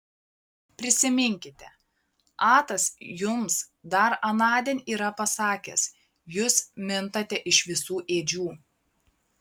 prisiminkite atas jums dar anądien yra pasakęs jūs mintate iš visų ėdžių